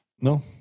No